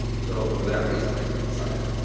so, for that reason, i decided,